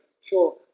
sure